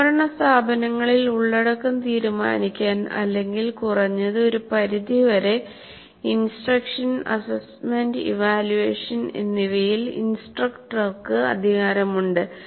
സ്വയംഭരണ സ്ഥാപനങ്ങളിൽ ഉള്ളടക്കം തീരുമാനിക്കാൻ അല്ലെങ്കിൽ കുറഞ്ഞത് ഒരു പരിധിവരെ ഇൻസ്ട്രക്ഷൻഅസസ്സ്മെന്റ് ഇവാല്യൂവേഷൻ എന്നിവയിൽ ഇൻസ്ട്രക്ടർക്ക് അധികാരമുണ്ട്